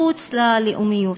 מחוץ ללאומיות,